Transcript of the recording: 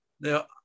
Now